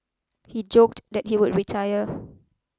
he joked that he would retire